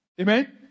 Amen